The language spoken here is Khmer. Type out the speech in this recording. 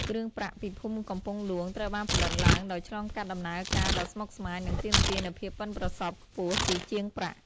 គ្រឿងប្រាក់ពីភូមិកំពង់ហ្លួង ត្រូវបានផលិតឡើងដោយឆ្លងកាត់ដំណើរការដ៏ស្មុគស្មាញ និងទាមទារនូវភាពប៉ិនប្រសប់ខ្ពស់ពីជាងប្រាក់។